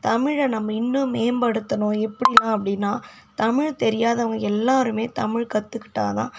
தமிழை நம்ம இன்னும் மேம்படுத்தணும் எப்படினா அப்படினா தமிழ் தெரியாதவங்க எல்லோருமே தமிழ் கற்றுக்கிட்டா தான்